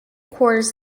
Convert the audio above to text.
quarters